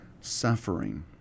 suffering